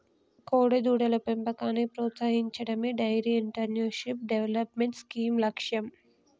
కోడెదూడల పెంపకాన్ని ప్రోత్సహించడమే డెయిరీ ఎంటర్ప్రెన్యూర్షిప్ డెవలప్మెంట్ స్కీమ్ లక్ష్యం